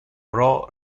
pro